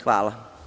Hvala.